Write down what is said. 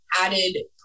added